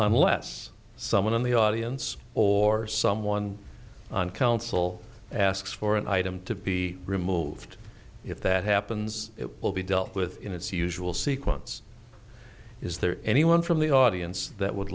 unless someone in the audience or someone on council asks for an item to be removed if that happens it will be dealt with in its usual sequence is there anyone from the audience that w